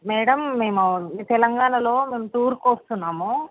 madam మేము తెలంగాణలో మేము టూరుకు వస్తున్నాము